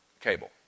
Cable